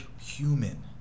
human